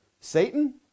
Satan